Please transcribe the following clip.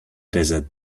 desert